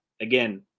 Again